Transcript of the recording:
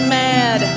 mad